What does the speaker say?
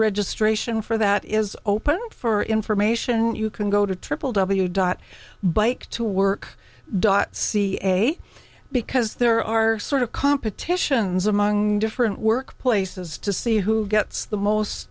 registration for that is open for information you can go to triple w dot bike to work dot ca because there are sort of competitions among different workplaces to see who gets the most